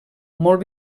molt